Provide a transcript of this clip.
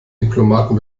diplomaten